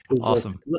Awesome